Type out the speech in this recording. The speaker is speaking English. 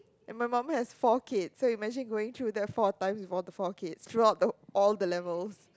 and my mummy has four kids so imagine going through that four times with all the four kids throughout the all the levels